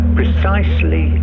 precisely